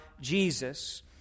Jesus